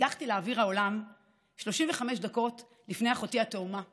הגחתי לאוויר העולם 35 דקות לפני אחותי התאומה יעל,